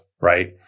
right